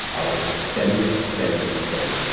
otherwise, steady, steady, steady.